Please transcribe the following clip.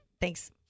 thanks